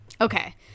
Okay